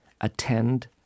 Attend